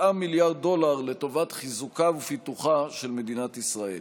מיליארד דולר לטובת חיזוקה ופיתוחה של מדינת ישראל.